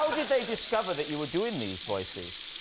did they discover that you were doing these voices?